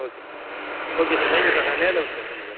okay sir okay sir thank you sir நான் நேரில் வந்து பேசுறேனே சார்